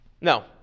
No